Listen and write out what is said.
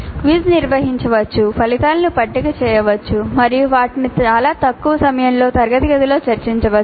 quiz నిర్వహించవచ్చు ఫలితాలను పట్టిక చేయవచ్చు మరియు వాటిని చాలా తక్కువ సమయంలో తరగతి గదిలో చర్చించవచ్చు